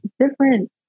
Different